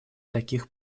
таких